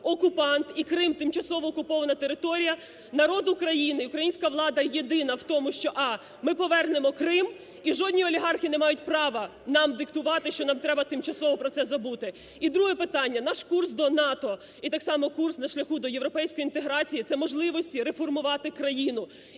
держава-окупант і Крим – тимчасово окупована територія. Народ України, українська влада єдині в тому, що: а) ми повернемо Крим і жодні олігархи не мають права нам диктувати, що нам треба тимчасово про це забути. І друге питання. Наш курс до НАТО і так само курс на шляху до європейської інтеграції – це можливості реформувати країну.